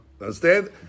Understand